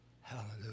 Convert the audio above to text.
hallelujah